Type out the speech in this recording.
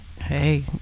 Hey